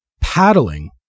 paddling